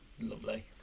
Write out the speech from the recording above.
lovely